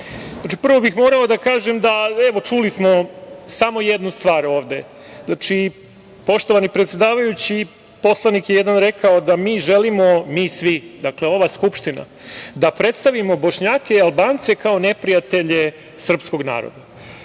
prvo bih morao da kažem, evo čuli smo, samo jednu stvar ovde. Poštovani predsedavajući, jedan poslanik je rekao da mi želimo, mi svi, dakle ova Skupština, da predstavimo Bošnjake i Albance kao neprijatelje srpskog naroda.